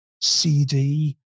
cd